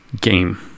Game